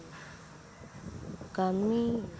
ᱠᱟᱹᱢᱤ